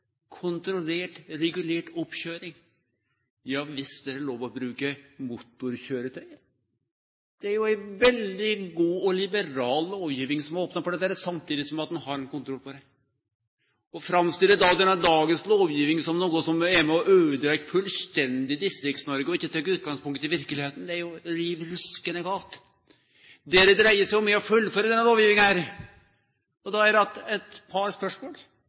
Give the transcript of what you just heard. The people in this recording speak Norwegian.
kontrollert, regulert oppkøyring. Ja visst er det lov å bruke motorkøyretøy. Det er ei veldig god og liberal lovgiving som har opna for dette, samtidig som ein har kontroll på det. Å framstille dagens lovgiving som noko som er med og øydelegg Distrikts-Noreg fullstendig og ikkje tek utgangspunkt i verkelegheita, er riv ruskande gale. Det dette dreier seg om, er å fullføre denne lovgivinga. Da er det att eit